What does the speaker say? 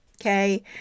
okay